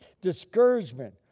Discouragement